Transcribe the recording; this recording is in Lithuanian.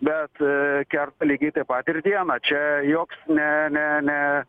bet kerta lygiai taip pat ir dieną čia joks ne ne ne